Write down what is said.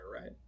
right